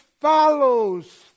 follows